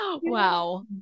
Wow